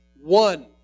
one